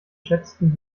schätzten